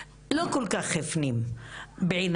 לא כל כך הפנים בעיניי.